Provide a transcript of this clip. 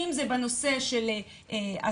אם זה בנושא של השכר,